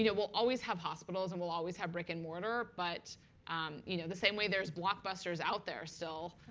you know we'll always have hospitals, and we'll always have brick and mortar, but um you know the same way there's blockbusters out there still.